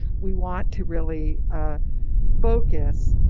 we want to really focus